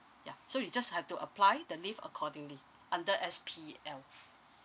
yeah so you just have to apply the leave accordingly under S_P_L